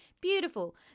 Beautiful